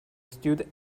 stood